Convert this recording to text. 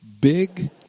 big